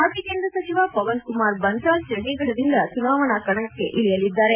ಮಾಜಿ ಕೇಂದ್ರ ಸಚಿವ ಪವನ್ ಕುಮಾರ್ ಬನ್ಖಾಲ್ ಚಂಡೀಗಢದಿಂದ ಚುನಾವಣಾ ಕಣಕ್ಕೆ ಇಳಿಯಲಿದ್ದಾರೆ